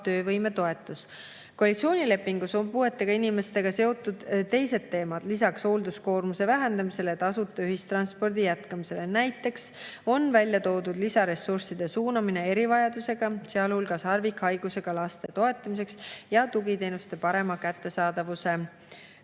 töövõimetoetus. Koalitsioonilepingus on puuetega inimestega seotud teised teemad lisaks hoolduskoormuse vähendamisele ja tasuta ühistranspordi jätkamisele. Näiteks on välja toodud lisaressursside suunamine erivajadusega, sealhulgas harvikhaigusega laste toetamiseks ja tugiteenuste parema kättesaadavuse